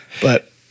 But-